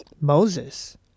Moses